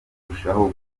burushaho